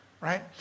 Right